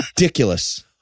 Ridiculous